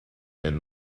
and